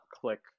click